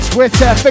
Twitter